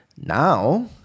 Now